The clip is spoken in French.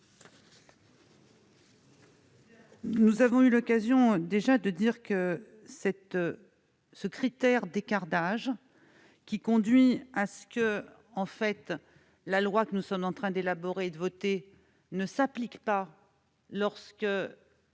Nous avons eu l'occasion de l'évoquer, le critère de l'écart d'âge, qui conduit à ce que la loi que nous sommes en train d'élaborer et de voter ne s'applique pas lorsque